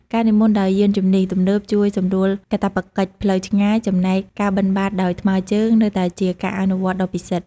ការនិមន្តដោយយានជំនិះទំនើបជួយសម្រួលកាតព្វកិច្ចផ្លូវឆ្ងាយ ចំណែកការបិណ្ឌបាតដោយថ្មើរជើងនៅតែជាការអនុវត្តន៍ដ៏ពិសិដ្ឋ។